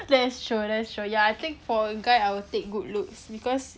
that's true that's true ya ya I think for a guy I will take good looks because